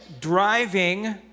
driving